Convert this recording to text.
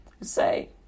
say